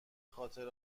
خاطر